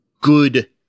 good